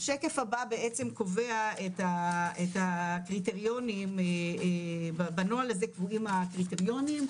השקף הבא בעצם קובע את הקריטריונים בנוהל הזה קבועים הקריטריונים,